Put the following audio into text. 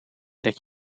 dat